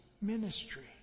ministry